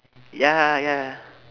ya ya